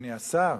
אדוני השר,